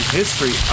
history